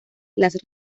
las